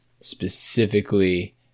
specifically